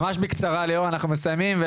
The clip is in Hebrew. ממש בקצרה ליאור, אנחנו מסיימים.